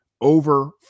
over